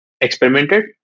experimented